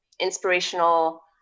inspirational